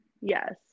yes